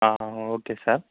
okay sir